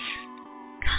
come